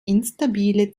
instabile